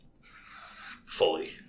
fully